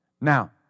Now